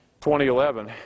2011